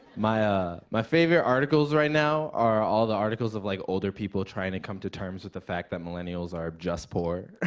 my ah my favorite articles right now are all the articles of, like, older people trying to come to terms with the fact that millennials are just poor.